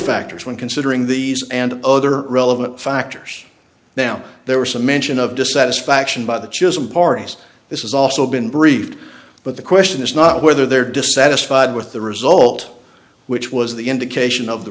factors when considering these and other relevant factors now there was a mention of dissatisfaction by the chosen parties this is also been briefed but the question is not whether they're dissatisfied with the result which was the indication of the